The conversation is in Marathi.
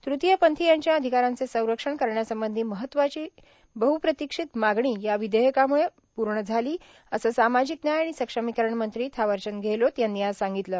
तृतीय पंथीयांनच्या अधिकारांचे संरक्षण करण्यासंबंधी महत्वाची बहप्रतिक्षित मागणी या विधेयकामुळे आज पूर्ण झाली असं सामाजिक न्याय आणि सक्षमीकरण मंत्री थावरचंद्र गेहलोत यांनी सांगितलं